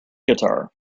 guitar